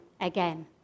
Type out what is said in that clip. again